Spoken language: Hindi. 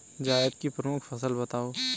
जायद की प्रमुख फसल बताओ